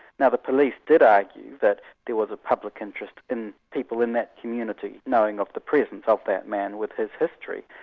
now the police did argue that there was a public interest in people in that community knowing of the presence of that man with his history.